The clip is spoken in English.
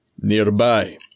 nearby